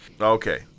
Okay